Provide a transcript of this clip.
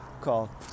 call